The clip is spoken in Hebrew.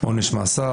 עונש מאסר.